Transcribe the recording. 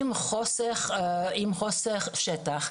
עם החוסר של השטח,